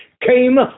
came